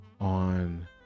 on